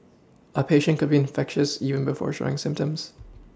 a patient could be infectious even before showing symptoms